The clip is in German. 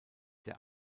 der